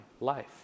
life